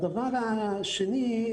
דבר שני,